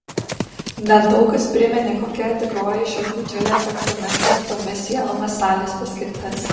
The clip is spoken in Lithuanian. nedaug kas priminė kokia tikroji šios didžiulės aukštomis ręstomis sienomis salės paskirtis